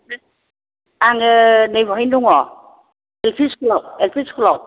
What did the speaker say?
आङो नै बेवहायनो दङ एल पि स्कुल आव